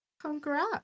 congrats